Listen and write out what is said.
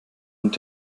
und